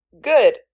Good